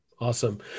Awesome